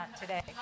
today